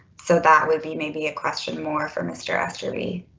so that would be maybe a question more for mr. aster be.